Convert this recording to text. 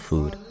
Food